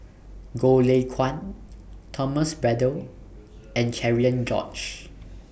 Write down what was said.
Goh Lay Kuan Thomas Braddell and Cherian George